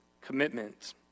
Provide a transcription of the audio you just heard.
commitment